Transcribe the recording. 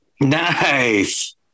Nice